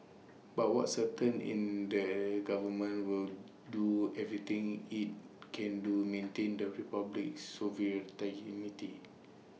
but what's certain in that government will do everything IT can to maintain the republic's